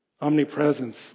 omnipresence